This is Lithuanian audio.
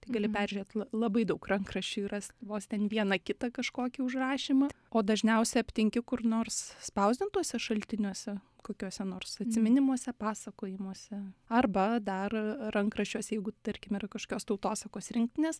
tai gali peržiūrėt l labai daug rankraščių ir rast vos ten vieną kitą kažkokį užrašymą o dažniausia aptinki kur nors spausdintuose šaltiniuose kokiuose nors atsiminimuose pasakojimuose arba dar rankraščiuose jeigu tarkim yra kažokios tautosakos rinktinės